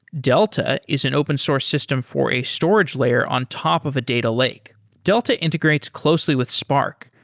delta is an open source system for a storage layer on top of a data lake. delta integrates closely with spark,